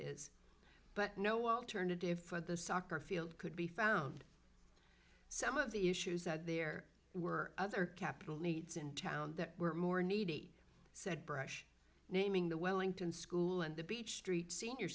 is but no alternative for the soccer field could be found some of the issues that there were other capital needs in town that were more needy said brush naming the wellington school and the beach street senior